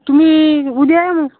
तुमी उद्या या मग